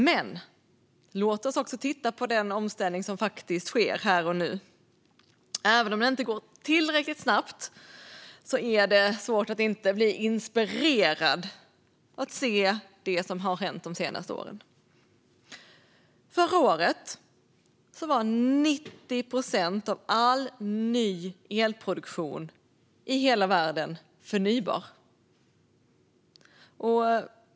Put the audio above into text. Men låt oss också titta på den omställning som faktiskt sker här och nu. Även om det inte går tillräckligt snabbt är det svårt att inte bli inspirerad av att se det som har hänt de senaste åren. Förra året var 90 procent av all ny elproduktion i hela världen förnybar.